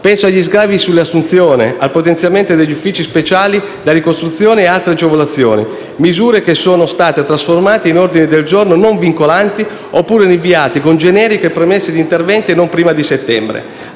Penso agli sgravi sulle assunzioni, al potenziamento degli uffici speciali, alla ricostruzione e ad altre agevolazioni. Misure che sono state trasformate in ordini del giorno non vincolanti oppure rinviate, con genetiche premesse di interventi, a non prima di settembre.